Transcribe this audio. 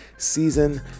season